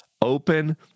Open